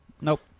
Nope